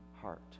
heart